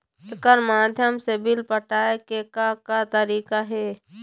एकर माध्यम से बिल पटाए के का का तरीका हे?